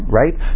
right